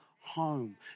home